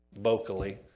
vocally